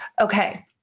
Okay